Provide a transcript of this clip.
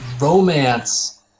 romance